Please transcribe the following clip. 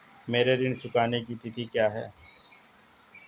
मेरे ऋण चुकाने की तिथि क्या है?